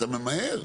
אתה ממהר.